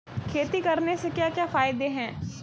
खेती करने से क्या क्या फायदे हैं?